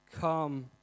come